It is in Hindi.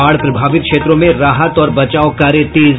बाढ़ प्रभावित क्षेत्रों में राहत और बचाव कार्य तेज